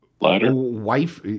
wife